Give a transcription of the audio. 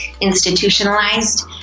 institutionalized